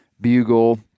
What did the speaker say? bugle